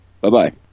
Bye-bye